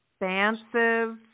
expansive